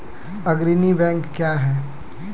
अग्रणी बैंक क्या हैं?